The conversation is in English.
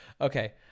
Okay